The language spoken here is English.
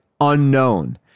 unknown